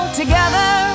together